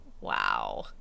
wow